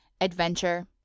adventure